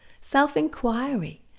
self-inquiry